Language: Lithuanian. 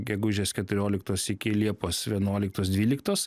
gegužės keturioliktos iki liepos vienuoliktos dvyliktos